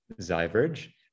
Zyverge